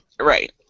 right